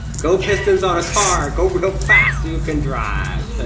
go pistons on a car! go real fast, you can drive!